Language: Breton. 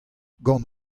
gant